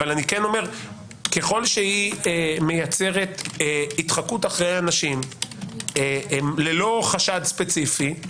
ככל שהיא מייצרת התחקות אחר אנשים ללא חשד ספציפי,